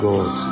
God